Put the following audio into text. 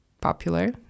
popular